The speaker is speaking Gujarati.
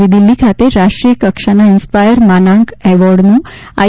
નવી દિલ્હી ખાતે રાષ્ટ્રીય કક્ષાના ઇન્સ્પાયર માનાંક એવોર્ડનું આઇ